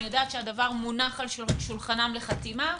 אני יודע שהדבר מונח על שולחנם לחתימה.